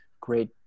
Great